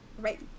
Right